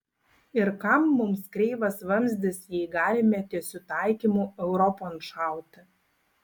ir kam mums kreivas vamzdis jei galime tiesiu taikymu europon šauti